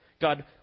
God